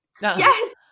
Yes